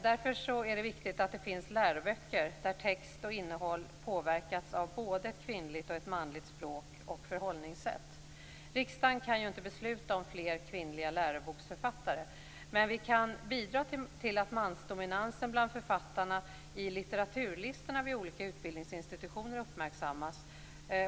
Därför är det viktigt att det finns läroböcker där text och innehåll påverkats av både ett kvinnligt och ett manligt språk och förhållningssätt. Riksdagen kan ju inte besluta om fler kvinnliga läroboksförfattare. Men vi kan bidra till att mansdominansen bland författarna i litteraturlistorna vid olika utbildningsinstitutioner uppmärksammas.